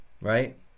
right